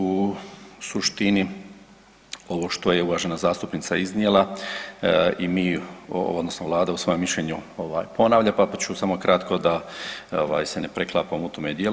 U suštini ovo što je uvažena zastupnica iznijela i mi odnosno Vlada u svojem mišljenju ponavlja, pa ću samo kratko da ovaj se ne preklapam u tome dijelu.